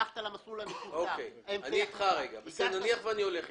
אם הלכת למסלול המקוצר --- נניח ואני הולך אתך.